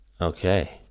Okay